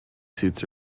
suits